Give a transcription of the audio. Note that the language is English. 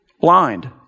Blind